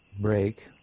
break